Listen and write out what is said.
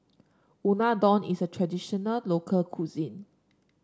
unadon is a traditional local cuisine